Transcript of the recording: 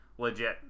legit